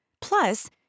Plus